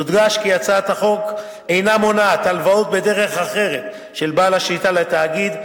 יודגש כי הצעת החוק אינה מונעת הלוואות בדרך אחרת של בעל השליטה לתאגיד,